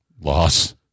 Loss